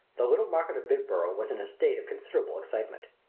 the little market of bildborough was in a state of considerable excitement.